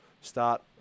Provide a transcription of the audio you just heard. start